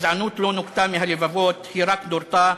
הגזענות לא נוקתה מהלבבות, היא רק נורתה.